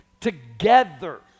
Together